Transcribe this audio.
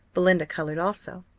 belinda coloured also.